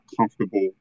comfortable